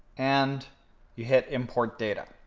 and you hit import data.